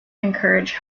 encourage